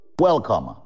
welcome